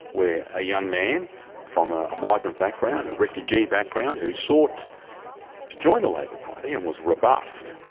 where a young man from ah a migrant background, a refugee background who sought to join the labor party and was rebuffed,